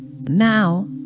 Now